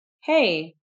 Hey